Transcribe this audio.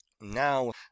Now